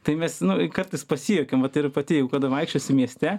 tai mes nu kartais pasijuokiam vat ir pati jeigu kada vaikščiosi mieste